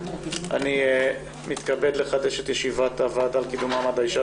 אני מתכבד לפתוח את ישיבת הוועדה לקידום מעמד האישה